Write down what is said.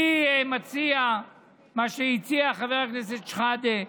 אני מציע מה שהציע חבר הכנסת אבו שחאדה.